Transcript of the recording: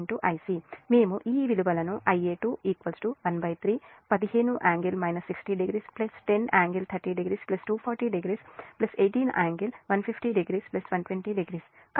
మేము ఈ విలువలను Ia2 13 15∟ 60o 10∟30o 2400 18∟154o 120◦ కాబట్టి Ia2 13